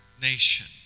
nation